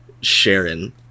Sharon